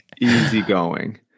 easygoing